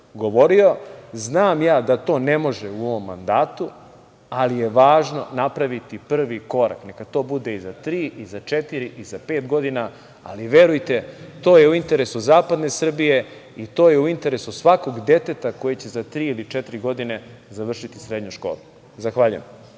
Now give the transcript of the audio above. govorio. Znam ja da to ne može u ovom mandatu, ali je važno napraviti prvi korak, neka to bude i za tri, i za četiri, i za pet godina, ali verujte, to je u interesu zapadne Srbije i to je u interesu svakog deteta koje će za tri ili četiri godine završiti srednju školu. Zahvaljujem.